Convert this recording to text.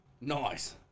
Nice